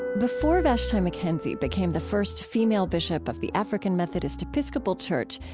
before vashti mckenzie became the first female bishop of the african methodist episcopal church,